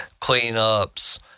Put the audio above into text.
cleanups